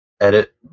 edit